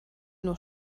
nur